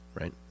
right